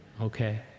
okay